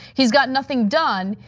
he's got nothing done.